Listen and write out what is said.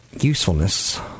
usefulness